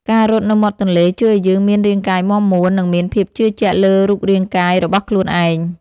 ការរត់នៅមាត់ទន្លេជួយឱ្យយើងមានរាងកាយមាំមួន និងមានភាពជឿជាក់លើរូបរាងកាយរបស់ខ្លួនឯង។